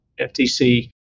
FTC